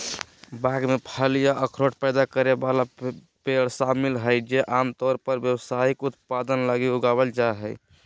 बाग में फल या अखरोट पैदा करे वाला पेड़ शामिल हइ जे आमतौर पर व्यावसायिक उत्पादन लगी उगावल जा हइ